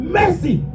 mercy